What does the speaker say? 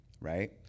Right